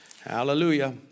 Hallelujah